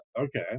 Okay